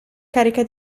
carica